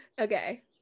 Okay